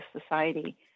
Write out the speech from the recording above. society